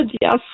yes